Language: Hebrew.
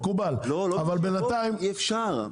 אי אפשר.